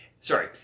sorry